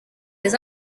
les